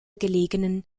gelegenen